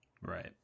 Right